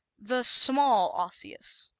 the small osseous